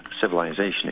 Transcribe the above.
civilization